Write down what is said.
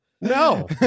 No